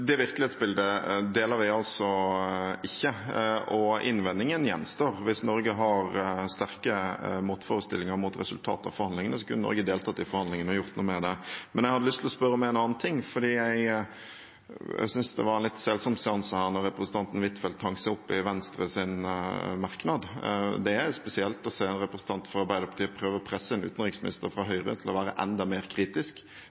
Det virkelighetsbildet deler vi altså ikke, og innvendingen gjenstår. Hvis Norge har sterke motforestillinger mot resultatet av forhandlingene, kunne Norge deltatt i forhandlingene og gjort noe med det. Men jeg hadde lyst til å spørre om en annen ting, for jeg synes det var en litt selsom seanse her da representanten Huitfeldt hang seg opp i Venstres merknad. Det er spesielt å se en representant fra Arbeiderpartiet prøve å presse en utenriksminister fra